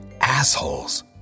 assholes